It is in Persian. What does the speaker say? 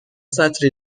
سطری